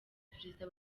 perezida